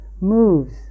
moves